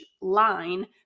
line